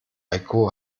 heiko